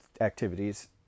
activities